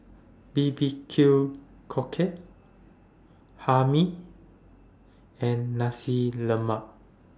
B B Q Cockle Hae Mee and Nasi Lemak